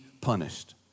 punished